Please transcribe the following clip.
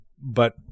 but-